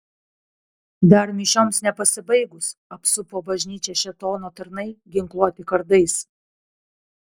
dar mišioms nepasibaigus apsupo bažnyčią šėtono tarnai ginkluoti kardais